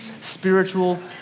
spiritual